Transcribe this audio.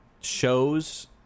shows